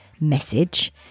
message